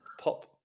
pop